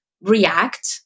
react